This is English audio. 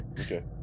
Okay